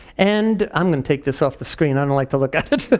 and i'm gonna take this off the screen, i don't like to look at it.